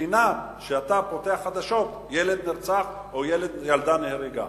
במדינה שכשאתה פותח חדשות אתה שומע שילד נרצח או ילדה נהרגה.